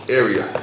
area